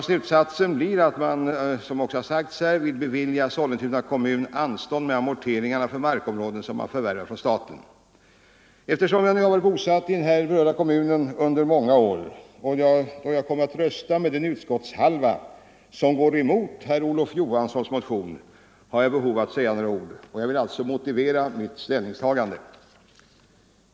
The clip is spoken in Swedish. Slutsatsen blir att man, som också sagts här, vill bevilja Sollentuna kommun anstånd med amorte Eftersom jag har varit bosatt i den berörda kommunen i många år och då jag kommer att rösta med den utskottshalva som går emot herr Olof Johanssons motion, har jag behov av att säga några ord. Jag vill alltså motivera mitt ställningstagande.